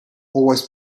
always